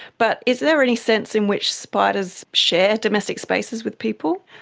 but is there any sense in which spiders share domestic spaces with people?